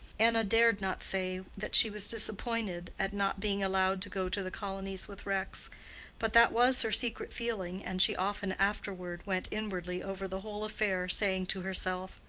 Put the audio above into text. anna dared not say that she was disappointed at not being allowed to go to the colonies with rex but that was her secret feeling, and she often afterward went inwardly over the whole affair, saying to herself,